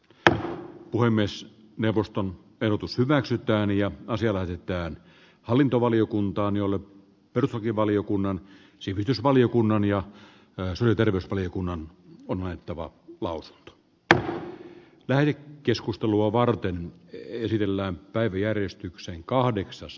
tähän voi myös neuvoston ehdotus hyväksytään ja aasialaisittain hallintovaliokuntaan jolle peruslakivaliokunnan sivistysvaliokunnan ja yleisöterveysvaliokunnan on haettava klaus härö epäili keskustelua varten ei esitellään päiväjärjestykseen ennaltaehkäisyyn